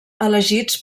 elegits